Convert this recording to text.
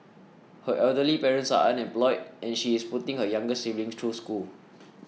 her elderly parents are unemployed and she is putting her younger siblings through school